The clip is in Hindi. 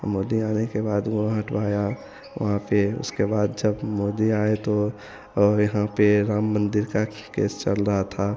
मोदी आने के बाद वह हटवाया वहाँ पर उसके बाद जब मोदी आए तो यहाँ पर राम मन्दिर का केस चल रहा था